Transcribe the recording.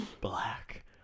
Black